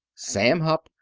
sam hupp,